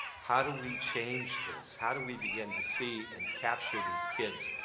how do we change this? how do we begin to see and capture these kids,